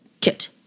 Kit